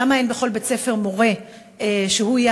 למה אין בכל בית-ספר מורה שהוא יהיה